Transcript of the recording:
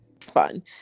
fun